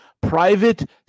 private